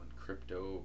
Crypto